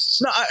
No